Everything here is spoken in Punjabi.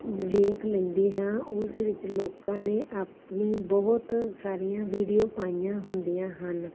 ਵੇਖ ਲੈਂਦੀ ਹਾਂ ਉਸ ਵਿੱਚ ਲੋਕਾਂ ਨੇ ਆਪਣੀ ਬਹੁਤ ਸਾਰੀਆਂ ਵੀਡੀਓ ਪਾਈਆਂ ਹੁੰਦੀਆਂ ਹਨ